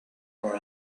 for